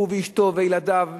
הוא ואשתו וילדיו,